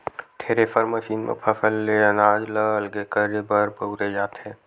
thresher machine म फसल ले अनाज ल अलगे करे बर बउरे जाथे